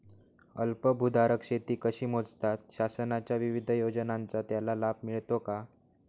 अल्पभूधारक शेती कशी मोजतात? शासनाच्या विविध योजनांचा त्याला लाभ मिळतो का?